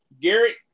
Garrett